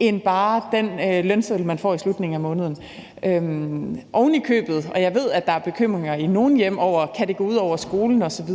end bare den lønseddel, man får i slutningen af måneden. Jeg ved, der er bekymringer i nogle hjem over, om det kan gå ud over skolen osv.